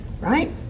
Right